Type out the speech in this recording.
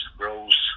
grows